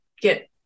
get